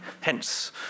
hence